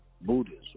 Buddhism